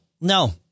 no